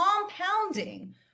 compounding